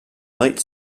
might